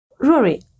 Rory